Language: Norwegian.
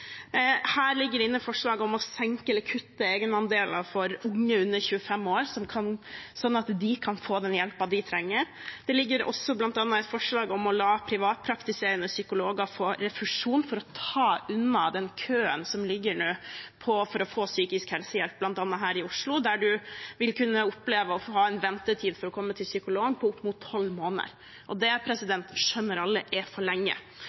ligger inne forslag om å senke eller kutte egenandeler for unge under 25 år, slik at de kan få den hjelpen de trenger. Det ligger også bl.a. et forslag om å la privatpraktiserende psykologer få refusjon for å ta unna den køen som er nå for å få psykisk helsehjelp, bl.a. her i Oslo, der man vil kunne oppleve å ha en ventetid på opp mot 12 måneder for å komme til psykolog.